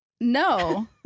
No